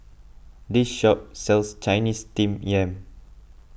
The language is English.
this shop sells Chinese Steamed Yam